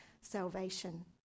salvation